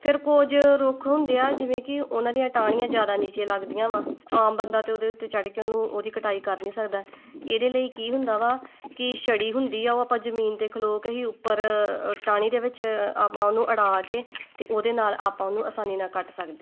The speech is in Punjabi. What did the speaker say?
ਫਿਰ ਕੁਝ ਰੁੱਖ ਹੁੰਦੇ ਆ ਜਿਵੇਂ ਕਿ ਉਹਨਾਂ ਦੀਆਂ ਟਾਹਣੀਆਂ ਜ਼ਿਆਦਾ ਨੀਚੇ ਲੱਗਦੀਆਂ ਵਾ ਆਮ ਬੰਦਾ ਤਾਂ ਉਹਦੇ ਉੱਤੇ ਚੜ੍ਹ ਕੇ ਉਹਨੂੰ ਉਹਦੀ ਕਟਾਈ ਕਰ ਨਹੀਂ ਸਕਦਾ ਇਹਦੇ ਲਈ ਕੀ ਹੁੰਦਾ ਵਾ ਕਿ ਛੜੀ ਹੁੰਦੀ ਆ ਉਹ ਆਪਾਂ ਜ਼ਮੀਨ 'ਤੇ ਖਲੋ ਕੇ ਹੀ ਉੱਪਰ ਟਾਹਣੀ ਦੇ ਵਿੱਚ ਆਪਾਂ ਉਹਨੂੰ ਅੜਾ ਕੇ ਅਤੇ ਉਹਦੇ ਨਾਲ਼ ਆਪਾਂ ਉਹਨੂੰ ਆਸਾਨੀ ਨਾਲ਼ ਕੱਟ ਸਕਦੇ